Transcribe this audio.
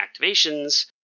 activations